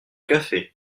café